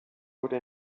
wurde